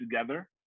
together